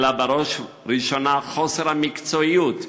אלא בראש ובראשונה חוסר המקצועיות,